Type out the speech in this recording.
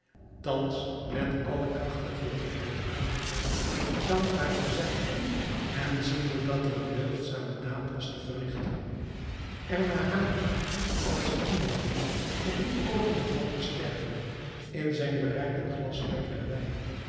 thans met alle kracht de gelegenheid aangreep dankbaar te zijn en ziende dat er een deugdzame daad was te verrichten er naar haakte als iemand die op het oogenblik van te sterven in zijn bereik een glas lekkeren wijn